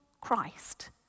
Christ